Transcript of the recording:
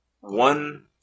one